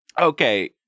Okay